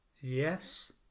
Yes